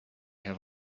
have